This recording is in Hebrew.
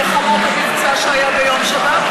המבצע שהיה ביום שבת?